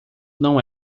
não